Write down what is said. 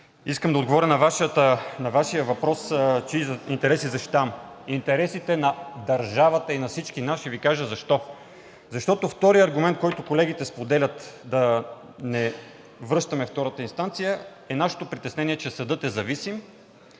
Искам да отговоря на Вашия въпрос чии интереси защитавам – интересите на държавата и на всички нас. Ще Ви кажа защо – защото вторият аргумент, който колегите споделят – да не връщаме втората инстанция, е нашето притеснение, че съдът е зависим,